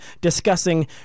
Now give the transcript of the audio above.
discussing